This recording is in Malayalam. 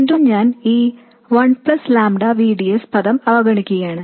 വീണ്ടും ഞാൻ ഈ one plus lambda V D S പദം അവഗണിക്കുകയാണ്